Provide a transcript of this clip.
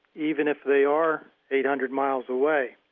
even if they are eight hundred miles away?